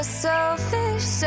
selfish